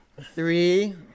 three